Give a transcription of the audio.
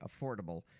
affordable